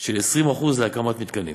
של 20% להקמת מתקנים,